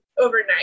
overnight